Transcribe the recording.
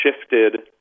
shifted